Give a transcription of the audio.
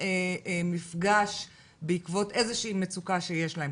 יוזמים מפגש בעקבות איזושהי מצוקה שיש להם?